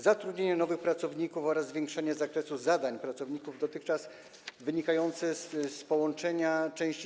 Zatrudnienie nowych pracowników oraz zwiększenie zakresu zadań pracowników dotychczasowych wynikające z połączenia części